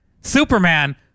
Superman